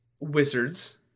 wizards